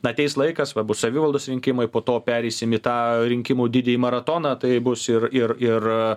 ateis laikas va bus savivaldos rinkimai po to pereisim į tą rinkimų didįjį maratoną tai bus ir ir ir